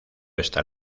esta